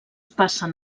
passen